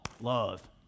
love